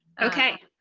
okay,